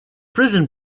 prison